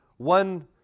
One